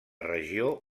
regió